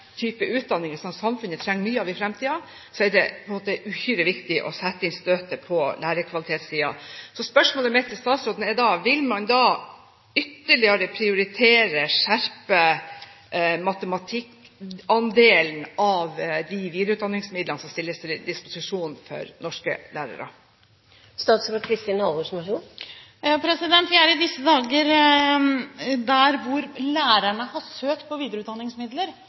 utdanninger som samfunnet trenger mye av i fremtiden, er det uhyre viktig å sette inn støtet på lærerkvalitetssiden. Spørsmålet mitt til statsråden er da: Vil man ytterligere prioritere/skjerpe matematikkandelen av de videreutdanningsmidlene som stilles til disposisjon for norske lærere? Vi er i disse dager der at lærerne har søkt på videreutdanningsmidler,